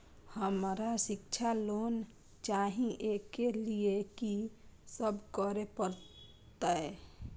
हमरा शिक्षा लोन चाही ऐ के लिए की सब करे परतै?